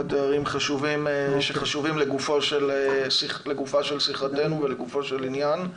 תארים חשובים שחשובים לגופה של שיחתנו ולגופו של עניין.